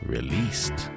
Released